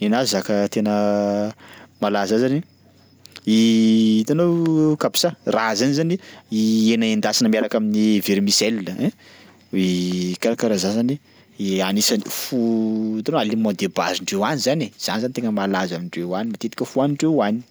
nenazy zaka tena malaza any zany hitanao kabsa? Raha zany zany hena endasina miaraka amin'ny vermicelles ein karakaraha zany zany anisan'ny fo- hitanao aliment de basendreo any zany e, zany zany tegna malaza amindreo any, matetika fohanindreo any.